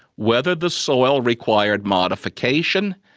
whether the soil required modification,